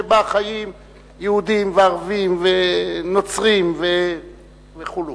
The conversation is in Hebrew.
שבה חיים יהודים וערבים ונוצרים וכו'.